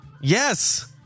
Yes